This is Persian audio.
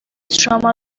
شما